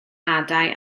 hadau